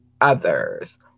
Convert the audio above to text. others